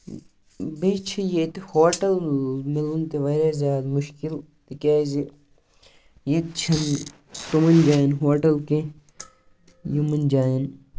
بیٚیہِ چھِ یِتۍ ہوٹل مِلُن تہِ واریاہ زیادٕ مُشکِل تِکیازِ ییٚتہِ چھِنہٕ تمَن جاین ہوٹل کیٚنہہ یِمن جاین